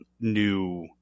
new